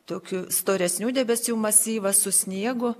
tokių storesnių debesių masyvas su sniegu